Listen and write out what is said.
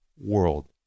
world